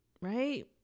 right